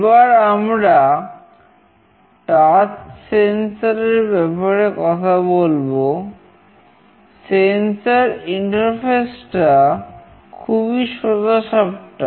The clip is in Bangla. এবার আমরা টাচ সেন্সর টা খুবই সোজা সাপটা